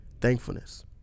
thankfulness